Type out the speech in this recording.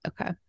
okay